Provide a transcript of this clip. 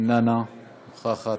אינה נוכחת,